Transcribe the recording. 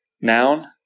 Noun